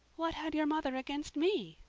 what had your mother against me?